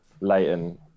Leighton